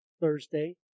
Thursday